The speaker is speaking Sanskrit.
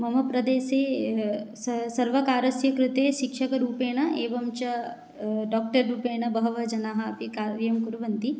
मम प्रदेशे स सर्वकारस्य कृते शिक्षकरूपेण एवं च डाक्टर् रूपेण बहवः जनाः अपि कार्यं कुर्वन्ति